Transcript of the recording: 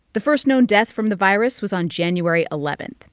the first known death from the virus was on january eleven.